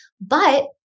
but-